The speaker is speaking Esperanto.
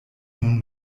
nun